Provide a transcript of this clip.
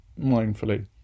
mindfully